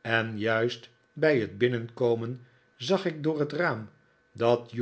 en juist bij het binnenkomen zag ik door het raam dat